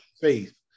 faith